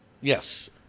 Yes